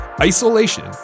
Isolation